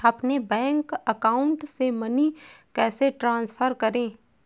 अपने bank account से money कैसे ट्रांसफर करें?